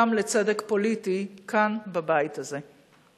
גם לצדק פוליטי, כאן, בבית הזה.